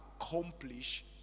accomplish